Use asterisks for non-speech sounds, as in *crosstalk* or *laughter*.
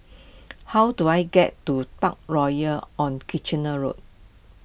*noise* how do I get to Parkroyal on Kitchener Road